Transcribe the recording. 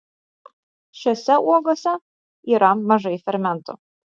šiose uogose yra mažai fermentų